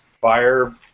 fire